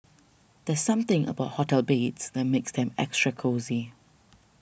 there's something about hotel beds that makes them extra cosy